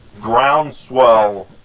groundswell